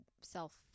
self